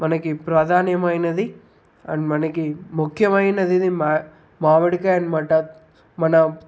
మనకి ప్రాధాన్యమైనది అండ్ మనకి ముఖ్యమైనది ఇది మావిడికాయ అనమాట మన